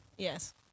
Yes